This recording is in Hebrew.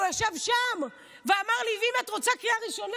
הוא ישב שם ואמר לי: אם את רוצה קריאה ראשונה,